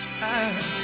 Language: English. time